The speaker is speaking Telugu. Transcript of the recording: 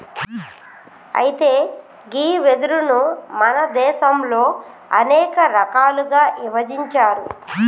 అయితే గీ వెదురును మన దేసంలో అనేక రకాలుగా ఇభజించారు